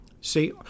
See